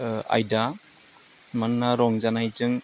आयदा मानोना रंजानायजों